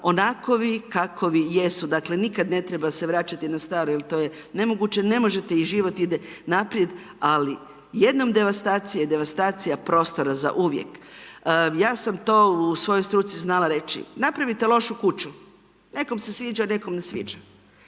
onakovi kakovi jesu. Dakle, nikad ne treba se vraćati na staro jer to je nemoguće. NE možete i život ide naprijed, ali jednom devastacija je devastacija prostora zauvijek. Ja sam to u svojoj struci znala reći, napravite lošu kuću, nekom se sviđa, nekom ne sviđa.